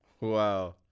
Wow